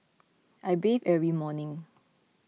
I bathe every morning